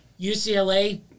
UCLA